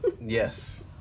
yes